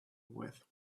with